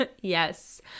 Yes